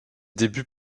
débuts